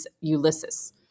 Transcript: Ulysses